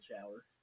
shower